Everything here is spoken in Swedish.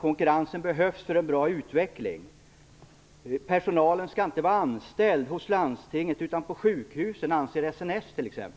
Konkurrensen behövs för en bra utveckling. SNS anser t.ex. att personalen inte skall vara anställd hos landstinget utan på sjukhusen. Jag